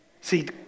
See